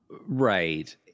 Right